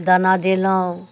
दाना देलहुँ